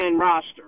roster